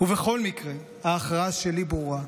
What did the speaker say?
בכל מקרה, ההכרעה שלי ברורה: